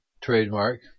trademark